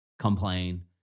Complain